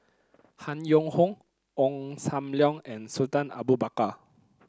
Han Yong Hong Ong Sam Leong and Sultan Abu Bakar